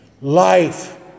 life